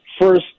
first